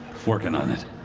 working on it.